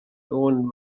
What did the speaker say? owned